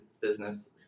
business